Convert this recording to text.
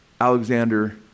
Alexander